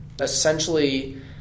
essentially